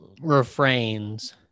refrains